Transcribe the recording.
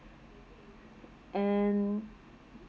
and